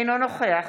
אינו נוכח